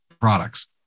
products